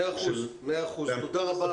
תודה רבה.